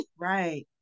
Right